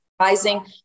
rising